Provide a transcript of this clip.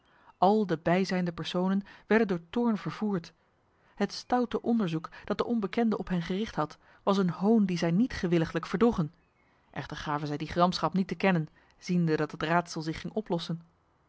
al de bijzijnde personen werden door toorn vervoerd het stoute onderzoek dat de onbekende op hen gericht had was een hoon die zij niet gewilliglijk verdroegen echter gaven zij die gramschap niet te kennen ziende dat het raadsel zich ging oplossen